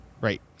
Right